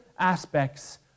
aspects